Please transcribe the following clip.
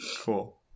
Cool